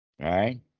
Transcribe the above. Right